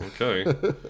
Okay